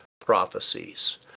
prophecies